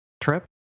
trip